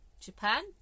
Japan